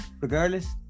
regardless